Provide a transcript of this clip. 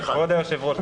היושב-ראש,